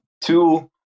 Two